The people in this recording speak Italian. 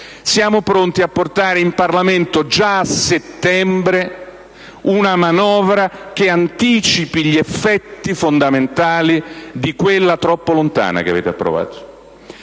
ma a portare in Parlamento già a settembre una manovra che anticipi gli effetti fondamentali di quella troppo lontana che avete approvato.